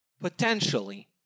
potentially